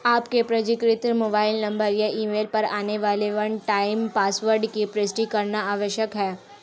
आपके पंजीकृत mobile number या ईमेल पर आने वाले वन टाइम पासवर्ड की पुष्टि करना आवश्यक है